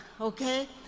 okay